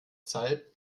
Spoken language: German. zeit